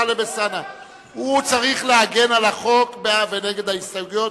הוא צריך להגן על החוק בעד ונגד ההסתייגויות.